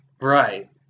Right